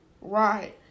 Right